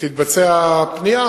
שתתבצע פנייה,